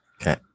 Okay